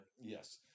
Yes